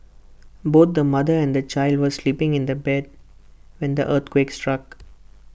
both the mother and the child were sleeping in bed when the earthquake struck